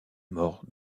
mort